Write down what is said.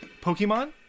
Pokemon